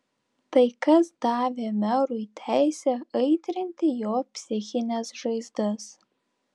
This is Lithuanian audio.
tai kas davė merui teisę aitrinti jo psichines žaizdas